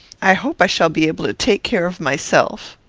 i hope i shall be able to take care of myself.